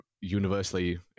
universally